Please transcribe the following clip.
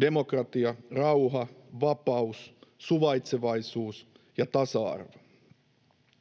demokratia, rauha, vapaus, suvaitsevaisuus ja tasa-arvo.